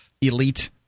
elite